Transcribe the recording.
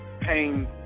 Pain